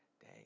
day